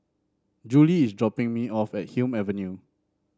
Juli is dropping me off at Hume Avenue